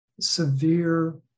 severe